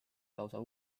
lausa